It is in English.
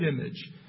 image